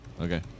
okay